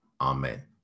Amen